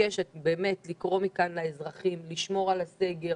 מבקשת באמת לקרוא מכאן לאזרחים לשמור על הסגר